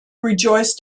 rejoiced